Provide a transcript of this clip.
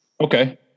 Okay